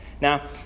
now